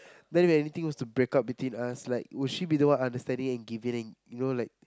then if anything was to break up between us like would she be the one understanding and giving in you know like